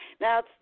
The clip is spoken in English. Now